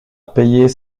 payer